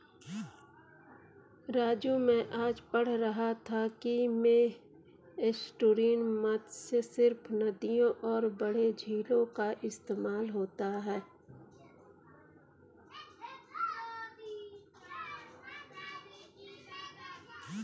राजू मैं आज पढ़ रहा था कि में एस्टुअरीन मत्स्य सिर्फ नदियों और बड़े झीलों का इस्तेमाल होता है